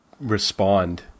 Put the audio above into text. respond